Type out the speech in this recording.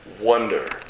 wonder